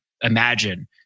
imagine